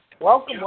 welcome